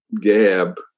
gab